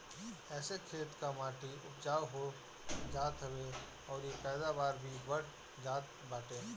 एसे खेत कअ माटी उपजाऊ हो जात हवे अउरी पैदावार भी बढ़ जात बाटे